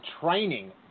training